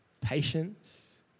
patience